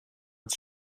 het